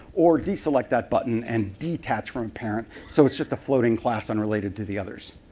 or deselect that button and detach from parent so it's just a floating class, unrelated to the others.